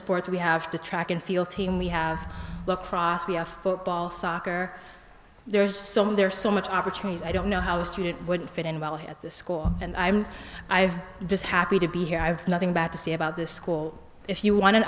sports we have to track and field team we have the cross be a football soccer there's some there's so much opportunities i don't know how a student would fit in well at the school and i'm i just happy to be here i have nothing bad to say about this school if you want an